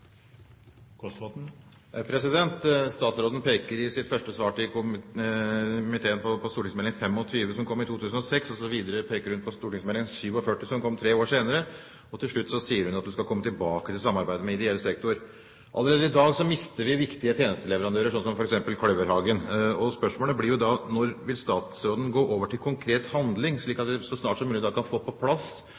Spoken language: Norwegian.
svar til komiteen på St.meld. nr. 25 for 2005–2006. Så peker hun videre på St.meld. nr. 47 for 2008–2009, og så til slutt sier hun at hun skal komme tilbake til samarbeidet med ideell sektor. Allerede i dag mister vi viktige tjenesteleverandører, som f.eks. Kløverhagen. Spørsmålet blir da: Når vil statsråden gå over til konkret handling, slik at vi så snart som mulig kan få på plass